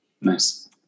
Nice